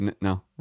no